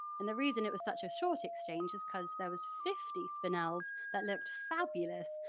and the reason it was such a short exchange is because there was fifty spinel's that looked fabulous,